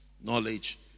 knowledge